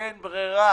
אין ברירה.